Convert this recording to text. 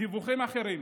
דיווחים אחרים.